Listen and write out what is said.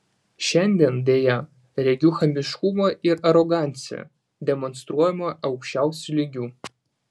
šiandien deja regiu chamiškumą ir aroganciją demonstruojamą aukščiausiu lygiu